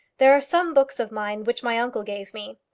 there are some books of mine which my uncle gave me.